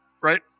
right